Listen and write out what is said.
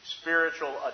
spiritual